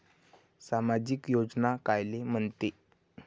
सामाजिक योजना कायले म्हंते?